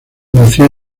nació